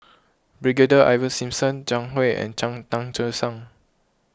Brigadier Ivan Simson Zhang Hui and Tan Che Sang